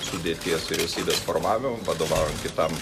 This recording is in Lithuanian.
sudėties vyriausybės formavimą vadovaujant kitam